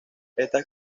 estas